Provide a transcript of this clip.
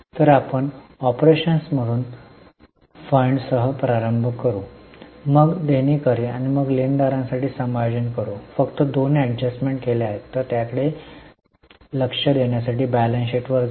तर आपण ऑपरेशन्समधून फंडसह प्रारंभ करतो मग देणेकरी आणि लेनदारांसाठी समायोजन करू फक्त दोन एडजस्टमेंट केल्या आहेत तर त्याकडे लक्ष देण्यासाठी बॅलन्स शीट वर जाऊ